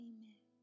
Amen